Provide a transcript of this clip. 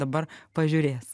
dabar pažiūrės